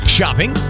Shopping